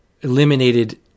eliminated